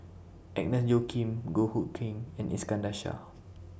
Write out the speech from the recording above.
Agnes Joaquim Goh Hood Keng and Iskandar Shah